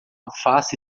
face